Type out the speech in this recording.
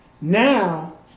now